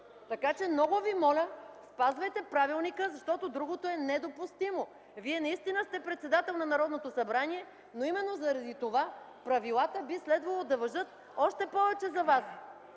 Така че, много Ви моля, спазвайте правилника, защото другото е недопустимо. Вие наистина сте председател на Народното събрание, но именно заради това правилата би следвало да важат още повече за Вас!